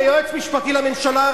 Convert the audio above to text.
כיועץ המשפטי לממשלה,